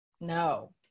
no